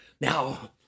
now